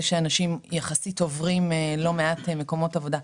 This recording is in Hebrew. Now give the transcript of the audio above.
שאנשים יחסית עוברים לא מעט מקומות עבודה,